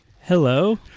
Hello